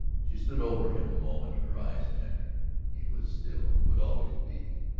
she stood over him a moment, her eyes tender he was still, would always be,